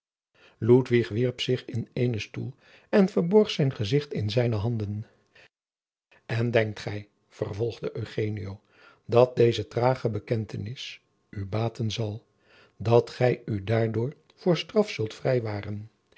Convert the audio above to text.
wierp zich in eenen stoel en verborg zijn gezicht in zijne handen en denkt gij vervolgde eugenio dat deze jacob van lennep de pleegzoon trage bekentenis u baten zal dat gij u daardoor voor straf zult vrijwaren